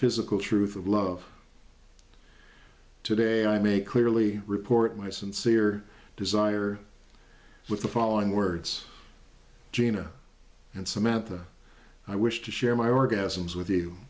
physical truth of love today i may clearly report my sincere desire with the following words gina and samantha i wish to share my orgasms with you